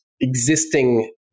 existing